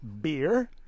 beer